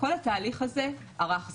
כל התהליך הזה ארך זמן.